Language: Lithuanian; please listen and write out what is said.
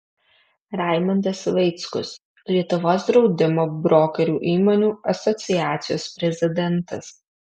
raimundas vaickus lietuvos draudimo brokerių įmonių asociacijos prezidentas